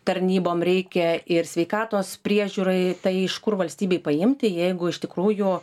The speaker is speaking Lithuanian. tarnybom reikia ir sveikatos priežiūrai tai iš kur valstybei paimti jeigu iš tikrųjų